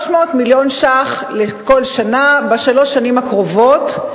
300 מיליון שקלים לכל שנה בשלוש השנים הקרובות,